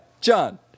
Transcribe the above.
John